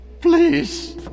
please